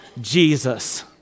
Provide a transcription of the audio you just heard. Jesus